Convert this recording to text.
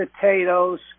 potatoes